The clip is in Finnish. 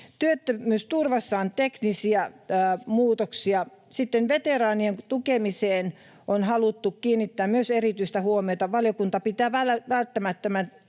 Työttömyysturvassa on teknisiä muutoksia. Sitten myös veteraanien tukemiseen on haluttu kiinnittää erityistä huomiota. Valiokunta pitää välttämättömänä,